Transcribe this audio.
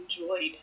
enjoyed